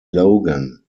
logan